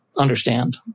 understand